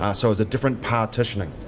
ah so it's a different partitioning.